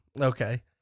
Okay